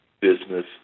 business